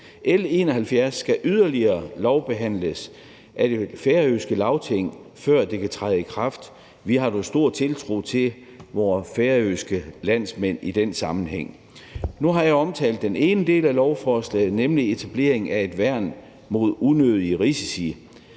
L 71 skal yderligere lovbehandles af det færøske Lagting, før det kan træde i kraft. Vi har dog stor tiltro til vores færøske landsmænd i den sammenhæng. Nu har jeg omtalt den ene del af lovforslaget, nemlig etablering af et værn mod unødige risici.